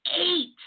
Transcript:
eight